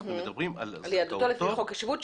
אנחנו מדברים על זכאותו --- על יהדותו לפי חוק השבות.